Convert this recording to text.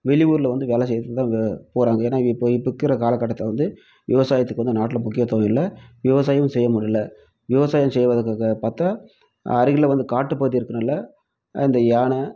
வெளி ஊர்ல வந்து வேலை செய்கிறதுக்கு தான் அங்கே போகிறாங்க ஏன்னா இப்போ இப்போ இருக்குற காலகட்டத்தில் வந்து விவசாயத்துக்கு வந்து நாட்டில முக்கியத்துவம் இல்லை விவசாயமும் செய்ய முடியல விவசாயம் செய்வதற்கு பார்த்தா அருகில் வந்து காட்டுப்பகுதி இருக்கதனால இந்த யானை